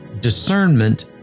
discernment